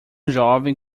jovem